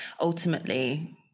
ultimately